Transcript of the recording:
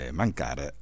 mancare